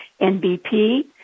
NBP